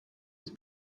with